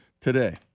today